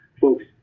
folks